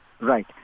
Right